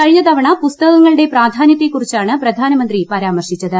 കഴിഞ്ഞതവണ പുസ്തകങ്ങളുടെ പ്രാധാന്യത്തെക്കുറിച്ചാണ് പ്രധാനമന്ത്രി പരാമർശിച്ചത്